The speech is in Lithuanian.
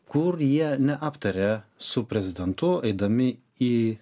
kur jie neaptaria su prezidentu eidami į